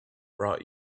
brought